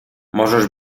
możesz